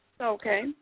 Okay